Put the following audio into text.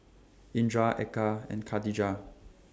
Indra Eka and Katijah